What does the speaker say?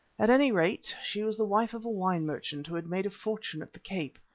at any rate, she was the wife of a wine-merchant who had made a fortune at the cape.